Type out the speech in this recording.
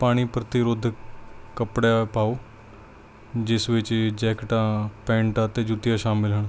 ਪਾਣੀ ਪ੍ਰਤੀਰੋਧਕ ਕੱਪੜਾ ਪਾਓ ਜਿਸ ਵਿੱਚ ਜੈਕਟਾਂ ਪੈਂਟ ਅਤੇ ਜੁੱਤੀਆਂ ਸ਼ਾਮਿਲ ਹਨ